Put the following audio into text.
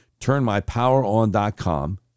turnmypoweron.com